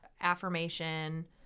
affirmation